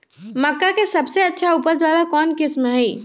मक्का के सबसे अच्छा उपज वाला कौन किस्म होई?